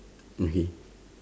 okay